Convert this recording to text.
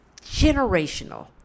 Generational